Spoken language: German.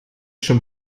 schon